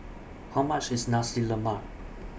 How much IS Nasi Lemak